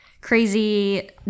crazy